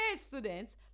students